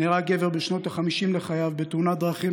נהרג גבר בשנות החמישים לחייו בתאונת דרכים